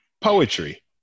Poetry